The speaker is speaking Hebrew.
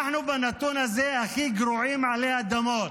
בנתון הזה אנחנו הכי גרועים עלי אדמות.